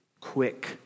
quick